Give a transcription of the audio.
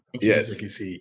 Yes